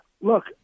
look